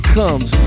comes